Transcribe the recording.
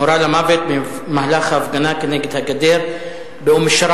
נורה למוות במהלך הפגנה כנגד הגדר באום-אל-שראיט,